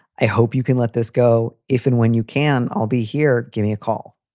i hope you can let this go. if and when you can, i'll be here. give me a call.